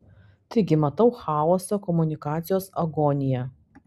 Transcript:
taigi matau chaosą komunikacijos agoniją